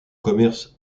commerce